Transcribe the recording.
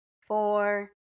four